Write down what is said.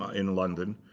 ah in london.